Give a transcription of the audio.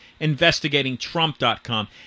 investigatingtrump.com